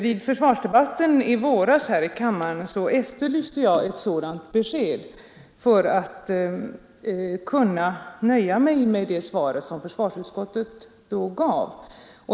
Vid försvarsdebatten i våras här i kammaren efterlyste jag ett sådant besked för att kunna nöja mig med det svar som försvarsutskottet då gav.